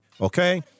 okay